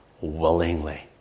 willingly